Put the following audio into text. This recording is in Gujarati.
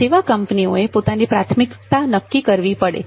સેવા કંપનીઓએ પોતાની પ્રાથમિકતા નક્કી કરવી પડે